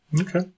Okay